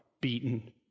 beaten